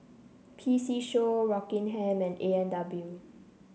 P C Show Rockingham and A and W